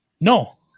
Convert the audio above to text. No